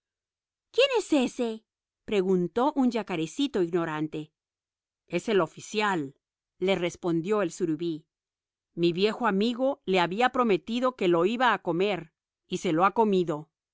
quién es ése preguntó un yacarecito ignorante es el oficial le respondió el surubí mi viejo amigo le había prometido que lo iba a comer y se lo ha comido